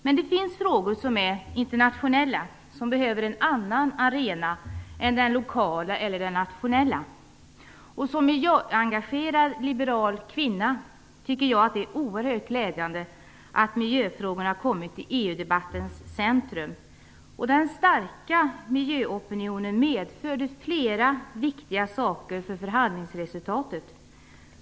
Det finns emellertid frågor som är internationella och som behöver en annan arena än den lokala eller nationella. Som miljöengagerad liberal kvinna tycker jag att det är oerhört glädjande att miljöfrågorna kommit i EU-debattens centrum. Den starka miljöopinionen medförde flera viktiga saker för förhandlingsresultatet.